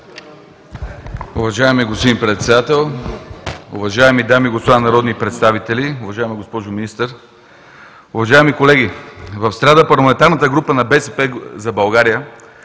Уважаеми господин Председател, уважаеми дами и господа народни представители, уважаема госпожо Министър! Уважаеми колеги, в сряда парламентарната група на „БСП за България“